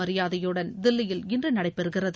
மரியாதையுடன் தில்லியில் இன்று நடைபெறுகிறது